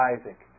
Isaac